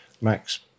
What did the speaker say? Max